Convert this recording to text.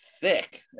thick